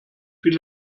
fiel